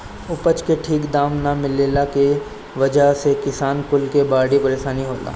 उपज के ठीक दाम ना मिलला के वजह से किसान कुल के बड़ी परेशानी होला